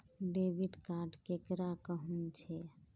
Debit card केकरा कहुम छे?